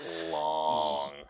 long